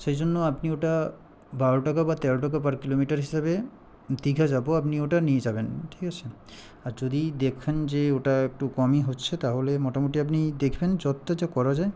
সেই জন্য আপনি ওটা বারো টাকা বা তেরো টাকা পার কিলোমিটার হিসাবে দীঘা যাবো আপনি ওটা নিয়ে যাবেন ঠিক আছে আর যদি দেখেন যে ওটা একটু কমই হচ্ছে তাহলে মোটামুটি আপনি দেখবেন যতটা যা করা যায়